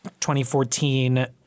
2014